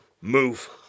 Move